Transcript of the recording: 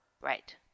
right